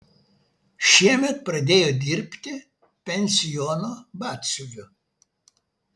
šiemet pradėjo dirbti pensiono batsiuviu